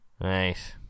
Nice